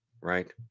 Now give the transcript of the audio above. Right